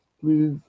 please